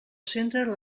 centre